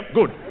good